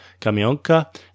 Kamionka